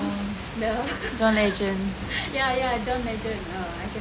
oh john legend